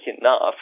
enough